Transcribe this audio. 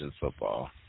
football